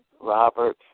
Robert